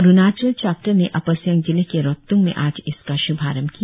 Arunachal chapter ने upper Siang जिले के रोत्तंग में आज इसका श्भारंभ किया